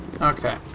Okay